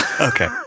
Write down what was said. Okay